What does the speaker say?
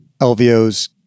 LVO's